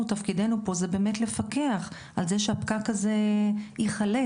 תפקידנו פה הוא באמת לפקח לזה שהפקק הזה ייחלץ.